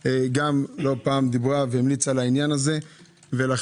לא פעם דיברה והמליצה על העניין הזה ולכן,